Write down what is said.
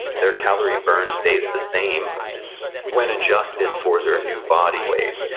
their calorie burn stays the same when adjusted for their new body weight.